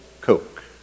Coke